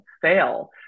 fail